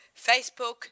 Facebook